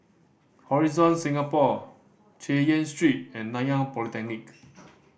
Horizon Singapore Chay Yan Street and Nanyang Polytechnic